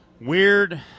Weird